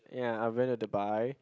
ya I went to Dubai